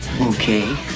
Okay